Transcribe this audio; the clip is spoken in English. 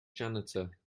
janitor